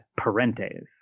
Parente's